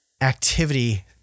activity